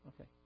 Okay